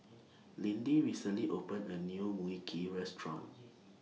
Lindy recently opened A New Mui Kee Restaurant